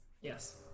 Yes